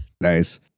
Nice